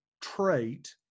trait